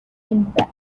infant